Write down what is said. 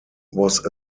was